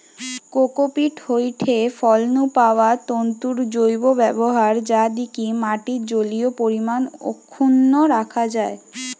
cocopeat হয়ঠে ফল নু পাওয়া তন্তুর জৈব ব্যবহার যা দিকি মাটির জলীয় পরিমাণ অক্ষুন্ন রাখা যায়